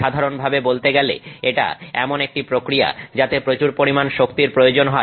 সাধারণভাবে বলতে গেলে এটা এমন একটি প্রক্রিয়া যাতে প্রচুর পরিমাণ শক্তির প্রয়োজন হয়